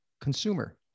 consumer